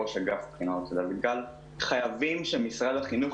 ראש אגף בחינות דוד גל חייבים שמשרד החינוך